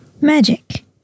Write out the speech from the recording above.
Magic